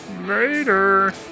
Later